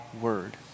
word